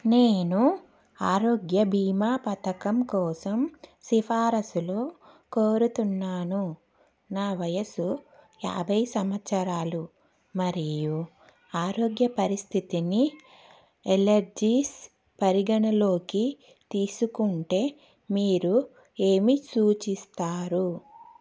నేను ఆరోగ్య బీమా పథకం కోసం సిఫారసులు కోరుతున్నాను నా వయసు యాభై సంవత్సరాలు మరియు ఆరోగ్య పరిస్థితిని ఎలర్జీస్ పరిగణనలోకి తీసుకుంటే మీరు ఏమి సూచిస్తారు